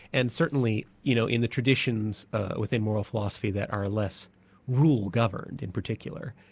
and certainly you know in the traditions within moral philosophy that are less rule-governed in particular,